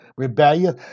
rebellion